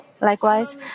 Likewise